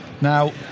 now